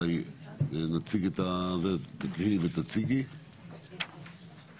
שתקריאי ותציגי